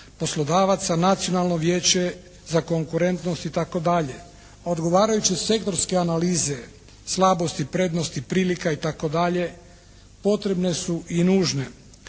poslodavaca, Nacionalno vijeće za konkurentnost itd. Odgovarajuće sektorske analize, slabosti, prednosti prilika itd., potrebne su i nužne.